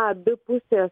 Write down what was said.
abi pusės